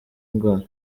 ndwara